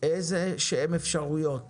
אפשרויות